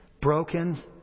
broken